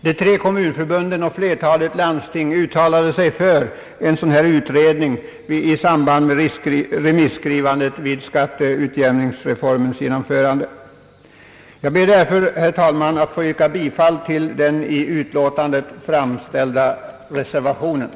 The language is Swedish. De tre kommunförbunden och flertalet landsting uttalade i samband med remisserna med anledning av skatteutjämningsreformen angelägenheten av att en utredning av här aktualiserade frågor kommer till stånd. Jag ber, herr talman, att få yrka bifall till den vid utlåtandet fogade reservationen I.